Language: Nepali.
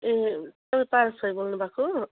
ए तपाईँ पारस राई बोल्नु भएको हो